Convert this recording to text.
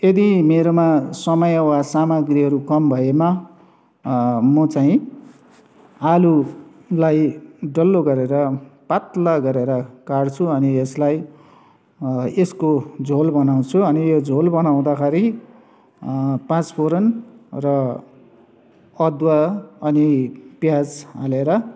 यदि मेरोमा समय वा सामाग्रीहरू कम भएमा म चाँहि आलुलाई डल्लो गरेर पात्ला गरेर काट्छु अनि यसलाई यसको झोल बनाउँछु अनि यो झोल बनाउँदाखेरि पाँचफोरन र अदुवा अनि प्याज हालेर